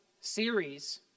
series